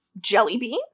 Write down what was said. Jellybean